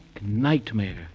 nightmare